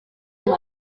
jean